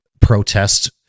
protest